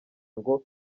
ngo